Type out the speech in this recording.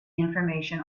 information